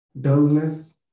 dullness